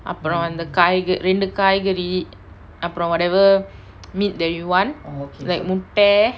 அப்ரோ அந்த காய்:apro antha kaai ka~ ரெண்டு காய்கரி அப்ரோ:rendu kaaikari apro whatever meat that you want like mutta